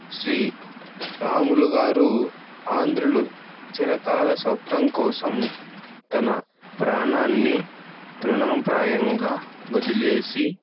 శ్రీరాములు గారు ఆంధ్రుల చిరకాల స్వప్నం కోసం తన ప్రాణాన్ని తృణప్రాయంగా వదిలేసి